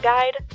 guide